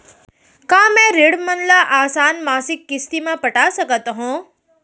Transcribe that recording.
का मैं ऋण मन ल आसान मासिक किस्ती म पटा सकत हो?